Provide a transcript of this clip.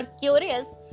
curious